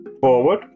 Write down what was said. Forward